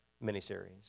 mini-series